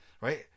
right